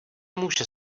může